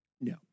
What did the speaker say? No